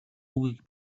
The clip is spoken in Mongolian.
үгийг